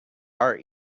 our